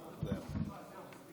בהצלחה מרובה, לימור.